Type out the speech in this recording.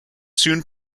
soon